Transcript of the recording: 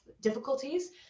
difficulties